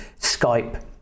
skype